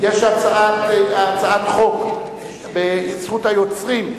יש הצעת חוק בעניין זכות היוצרים,